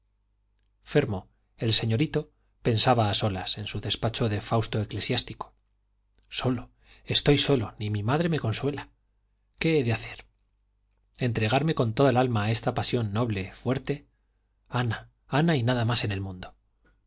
fermo el señorito pensaba a solas en su despacho de fausto eclesiástico solo estoy solo ni mi madre me consuela qué he de hacer entregarme con toda el alma a esta pasión noble fuerte ana ana y nada más en el mundo